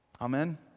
Amen